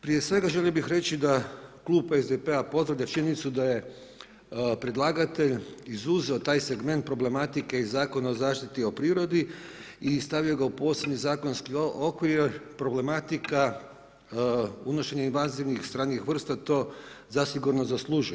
Prije svega želio bih reći da klub SDP-a pozdravlja činjenicu da je predlagatelj izuzeo taj segment problematike iz Zakona o zaštiti prirode i stavio ga u poseban zakonski okvir problematika unošenja invazivnih stranih vrsta to zasigurno zaslužuje.